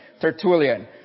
Tertullian